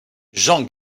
jean